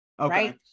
right